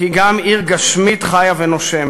כי אם גם עיר גשמית חיה ונושמת.